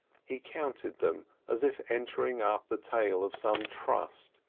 he counted them as if entering up the tale of some trust,